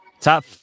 top